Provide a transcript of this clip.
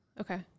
Okay